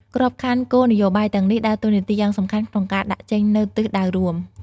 ក្របខ័ណ្ឌគោលនយោបាយទាំងនេះដើរតួនាទីយ៉ាងសំខាន់ក្នុងការដាក់ចេញនូវទិសដៅរួម។